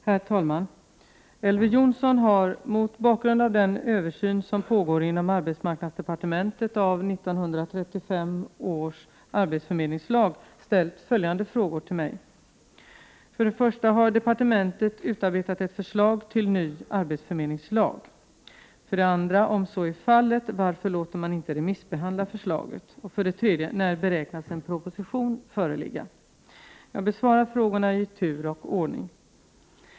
Herr talman! Elver Jonsson har, mot bakgrund av den översyn som pågår inom arbetsmarknadsdepartementet av 1935 års arbetsförmedlingslag, ställt följande frågor till mig: 19 1. Har departementet utarbetat ett förslag till ny arbetsförmedlingslag? 2. Om så är fallet — varför låter man inte remissbehandla förslaget? 3. När beräknas en proposition föreligga? Jag besvarar frågorna i tur och ordning.